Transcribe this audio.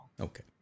Okay